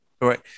right